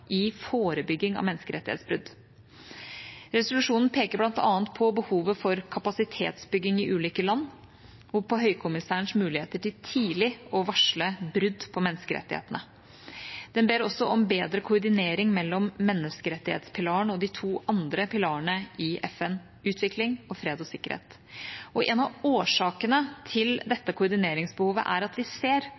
i forebygging av menneskerettighetsbrudd. Resolusjonen peker bl.a. på behovet for kapasitetsbygging i ulike land og på Høykommissærens muligheter til tidlig å varsle brudd på menneskerettighetene. Den ber også om bedre koordinering mellom menneskerettighetspilaren og de to andre pilarene i FN, utvikling og fred og sikkerhet. En av årsakene til dette koordineringsbehovet er at vi ser